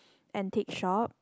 antique shop